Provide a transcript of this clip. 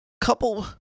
couple